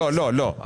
לא, לא, לא.